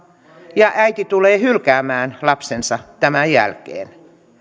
ja äiti tulee hylkäämään lapsensa tämän jälkeen